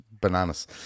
bananas